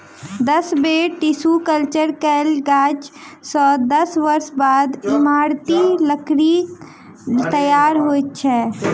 दस बेर tissue culture कयल गाछ सॅ दस वर्ष बाद इमारती लकड़ीक तैयार होइत अछि